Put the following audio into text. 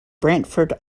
brantford